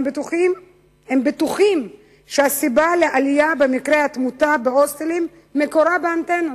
הם בטוחים שהסיבה לעלייה במקרי התמותה בהוסטלים מקורה באנטנות,